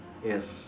yes